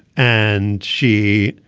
and she